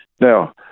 Now